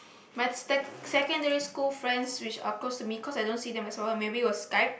my sec~ secondary school friends which are close to me cause I don't see them as well maybe we will Skype